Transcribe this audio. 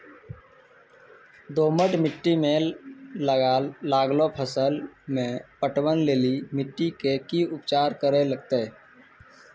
दोमट मिट्टी मे लागलो फसल मे पटवन लेली मिट्टी के की उपचार करे लगते?